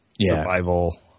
survival